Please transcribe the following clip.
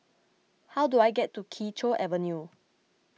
how do I get to Kee Choe Avenue